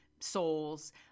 souls